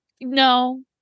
No